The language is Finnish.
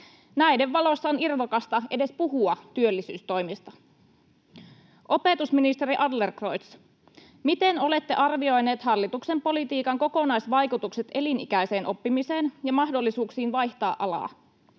Näiden valossa on irvokasta edes puhua työllisyystoimista. Opetusministeri Adlercreutz, miten olette arvioineet hallituksen politiikan kokonaisvaikutukset elinikäiseen oppimiseen ja mahdollisuuksiin vaihtaa alaa?